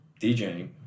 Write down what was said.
DJing